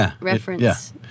reference